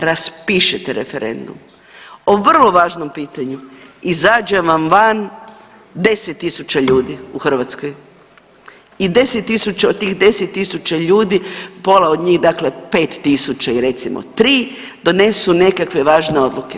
Raspišete referendum o vrlo važnom pitanju, izađe vam van 10.000 ljudi u Hrvatskoj i 10.000, od tih 10.000 ljudi pola od njih dakle 5.000 i recimo 3 donesu nekakve važne odluke.